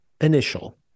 initial